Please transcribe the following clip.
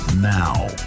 Now